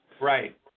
Right